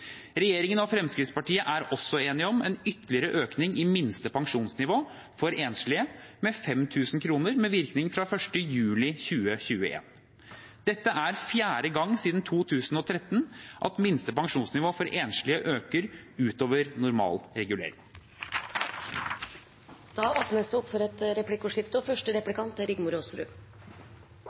Regjeringen og Fremskrittspartiet er også enige om en ytterligere økning i minste pensjonsnivå for enslige med 5 000 kr, med virkning fra 1. juli 2021. Dette er fjerde gang siden 2013 at minste pensjonsnivå for enslige øker utover normal regulering. Det